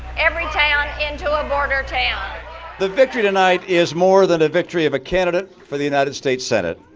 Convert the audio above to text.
every town into a border town the victory tonight is more than a victory of a candidate for the united states senate.